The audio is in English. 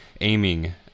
aiming